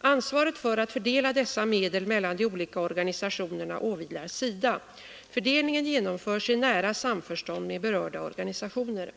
Ansvaret för att fördela dessa medel mellan de olika organisationerna åvilar SIDA. Fördelningen genomförs i nära sam förstånd med berörda organisationer.